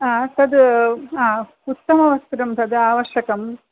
तद् उत्तमवस्त्रं तद् आवश्यकम्